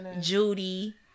Judy